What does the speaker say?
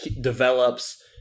develops